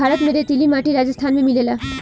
भारत में रेतीली माटी राजस्थान में मिलेला